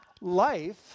life